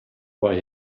why